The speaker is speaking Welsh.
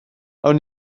awn